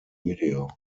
video